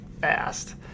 fast